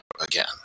again